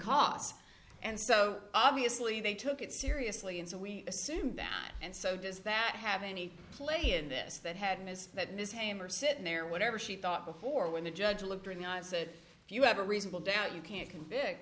cost and so obviously they took it seriously and so we assumed that and so does that have any play in this that had ms that ms hammer sitting there whatever she thought before when the judge looked or not said you have a reasonable doubt you can't convict